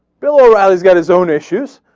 bill o'reilly's got his own issues.